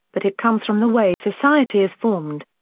but it comes from the way society is formed.